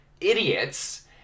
idiots